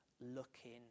looking